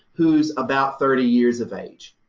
who's about thirty years of age,